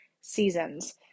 seasons